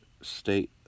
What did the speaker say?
state